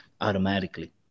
automatically